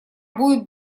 будет